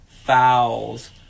fouls